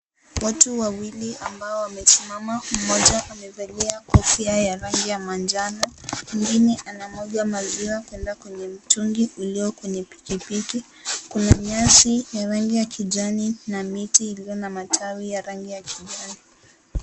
Watu wawili ambao wamesimama, mmoja amevalia kofia ya rangi ya manjano, mwingine anamwaga maziwa kwenda kwenye mtungi ulio kwenye pikipiki. Kuna nyasi ya rangi ya kijani na miti iliyo na matawi ya rangi ya kijani.